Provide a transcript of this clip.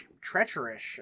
treacherous